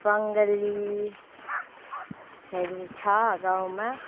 बङ्गालीहरू छ गाउँमा